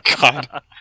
God